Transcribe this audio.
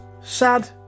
Sad